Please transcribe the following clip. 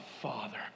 father